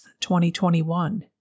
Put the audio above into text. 2021